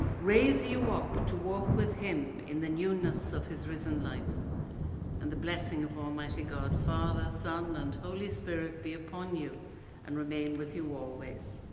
raise you up to walk with him in the newness of his risen life and the blessing of almighty god, father, son and holy spirit be upon you and remain with you always.